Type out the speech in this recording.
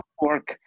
work